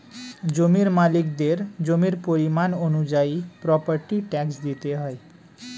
জমির মালিকদের জমির পরিমাণ অনুযায়ী প্রপার্টি ট্যাক্স দিতে হয়